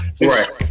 Right